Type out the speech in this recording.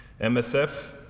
MSF